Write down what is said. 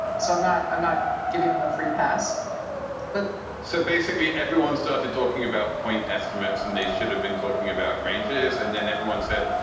so i'm not i'm not giving them a free pass but so basically everyone started talking about point estimates and they should have been talking about ranges. and then everyone said,